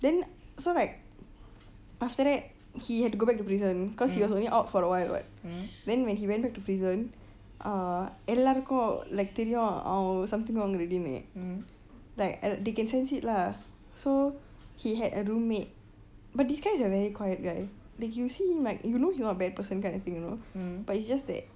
then so like after that he had to go back to prison cause he was only out for awhile what then when he went back to prison uh எல்லாருக்கும்:ellarukum like தெரியும் அவன்:teriyum avan something wrong already like they can sense it lah so he had a roommate but this guy is a very quiet guy like you will see like if you know he not a bad person kind of thing you know but it's just that